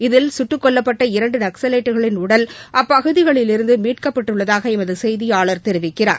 இதில் சுட்டுக் கொல்லப்பட்ட இரண்டு நக்ஸலைட்டுகளின் உடல் அப்பகுதியிலிருந்து மீட்கப்பட்டுள்ளதாக எமது செயதியாளர் தெரிவிக்கிறார்